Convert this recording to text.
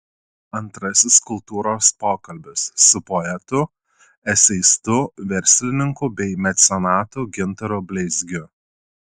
antrasis kultūros pokalbis su poetu eseistu verslininku bei mecenatu gintaru bleizgiu